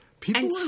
People